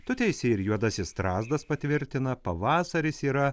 tu teisi ir juodasis strazdas patvirtina pavasaris yra